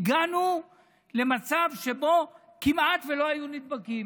הגענו למצב שבו כמעט שלא היו נדבקים,